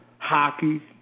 Hockey